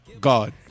god